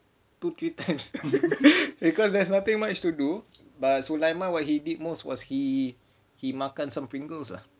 two three times because there's nothing much to do but sulaiman what he did most was he he makan some Pringles lah